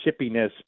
chippiness